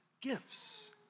gifts